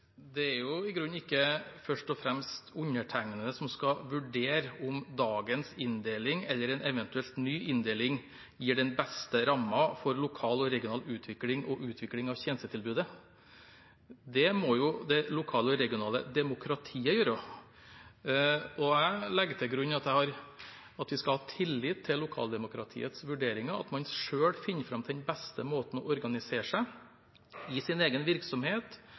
Det er i grunnen ikke først og fremst jeg som skal vurdere om dagens inndeling eller en eventuell ny inndeling gir den beste rammen for lokal og regional utvikling og utvikling av tjenestetilbudet. Det må det lokale og regionale demokratiet gjøre. Jeg legger til grunn at vi skal ha tillit til lokaldemokratiets vurderinger, at man selv finner fram til den beste måten å organisere seg på i sin egen virksomhet,